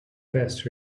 best